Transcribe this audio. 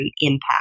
impact